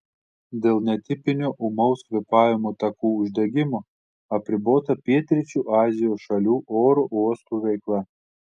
dėl netipinio ūmaus kvėpavimo takų uždegimo apribota pietryčių azijos šalių oro uostų veikla